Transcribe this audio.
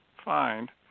find